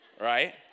right